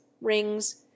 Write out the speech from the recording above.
rings